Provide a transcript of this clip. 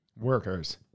workers